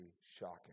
shocking